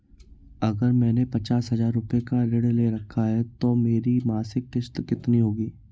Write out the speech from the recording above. अगर मैंने पचास हज़ार रूपये का ऋण ले रखा है तो मेरी मासिक किश्त कितनी होगी?